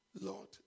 Lord